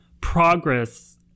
progress